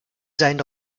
sein